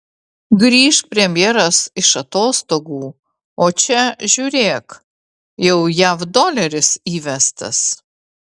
grįš premjeras iš atostogų o čia žiūrėk jau jav doleris įvestas